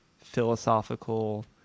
philosophical